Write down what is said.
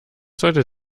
sollte